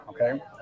Okay